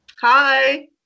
Hi